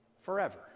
forever